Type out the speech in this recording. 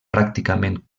pràcticament